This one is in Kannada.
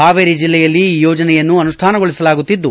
ಹಾವೇರಿ ಜಿಲ್ಲೆಯಲ್ಲಿ ಈ ಯೋಜನೆಯನ್ನು ಅನುಷ್ಟಾನಗೊಳಸಲಾಗುತ್ತಿದ್ದು